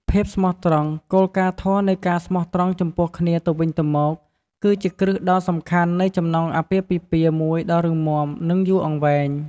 ភាពស្មោះត្រង់ គោលការណ៍ធម៌នៃការស្មោះត្រង់ចំពោះគ្នាទៅវិញទៅមក គឺជាគ្រឹះដ៏សំខាន់នៃចំណងអាពាហ៍ពិពាហ៍មួយដ៏រឹងមាំ និងយូរអង្វែង។